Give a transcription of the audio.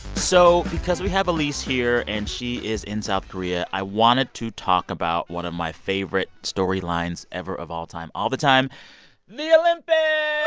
so because we have elise here and she is in south korea, i wanted to talk about one of my favorite storylines ever of all time all the time the olympics